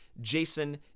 Jason